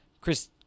Chris